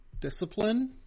discipline